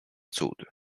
cud